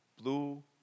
blue